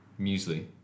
Muesli